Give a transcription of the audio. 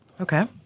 Okay